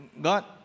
God